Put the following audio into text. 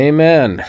Amen